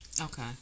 okay